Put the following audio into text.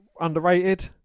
underrated